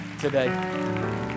today